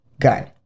gun